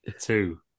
two